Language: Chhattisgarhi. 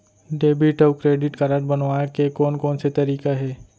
डेबिट अऊ क्रेडिट कारड बनवाए के कोन कोन से तरीका हे?